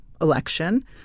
election